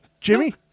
Jimmy